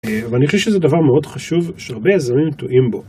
אבל אני חושב שזה דבר מאוד חשוב, שהרבה יזמים טועים בו.